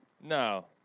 No